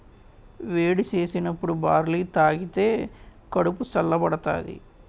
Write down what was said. వేడి సేసినప్పుడు బార్లీ తాగిదే కడుపు సల్ల బడతాది